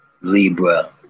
Libra